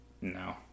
No